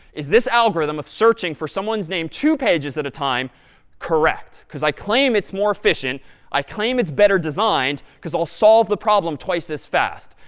is this algorithm of searching for someone's name two pages at a time correct? because i claim it's more efficient. i claim it's better designed because i'll solve the problem twice as fast.